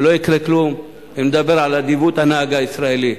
ולא יקרה כלום אם נדבר על האדיבות של הנהג הישראלי.